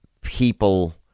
people